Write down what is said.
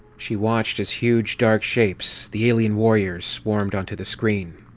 she watched as huge, dark shapes, the alien warriors, swarmed onto the screen.